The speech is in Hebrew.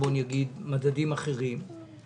שיגיד מדדים אחרים,